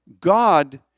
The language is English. God